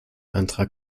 antrag